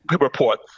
report